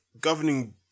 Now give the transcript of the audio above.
governing